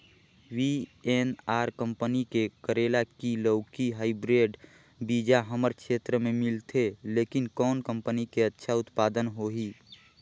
VNR company के करेला की लौकी हाईब्रिड बीजा हमर क्षेत्र मे मिलथे, लेकिन कौन कंपनी के अच्छा उत्पादन होही?